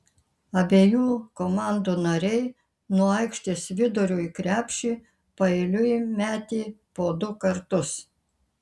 abiejų komandų nariai nuo aikštės vidurio į krepšį paeiliui metė po du kartus